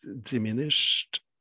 Diminished